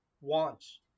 wants